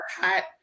hot